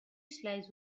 slaves